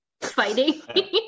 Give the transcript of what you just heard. Fighting